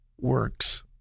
works